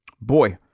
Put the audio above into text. Boy